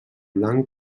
blanc